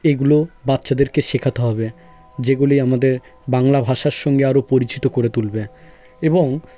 এগুলো বাচ্চাদেরকে শেখাতে হবে যেগুলি আমাদের বাংলা ভাষার সঙ্গে আরও পরিচিত করে তুলবে এবং